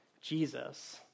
Jesus